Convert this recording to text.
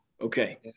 Okay